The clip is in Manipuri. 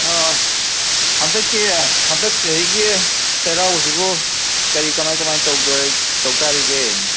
ꯑꯥ ꯍꯟꯗꯛꯀꯤ ꯍꯟꯗꯛ ꯆꯍꯤꯒꯤ ꯆꯩꯔꯥꯎꯕꯁꯤꯕꯨ ꯀꯔꯤ ꯀꯃꯥꯏꯅ ꯀꯃꯥꯏꯅ ꯇꯧꯇꯔꯤꯒꯦ